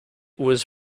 was